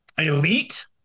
elite